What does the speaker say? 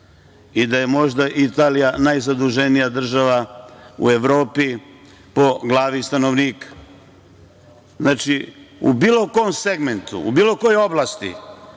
i da je možda Italija najzaduženija država u Evropi po glavi stanovnika. Znači, u bilo kom segmentu, u bilo kojoj oblasti